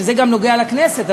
זה גם נוגע לכנסת,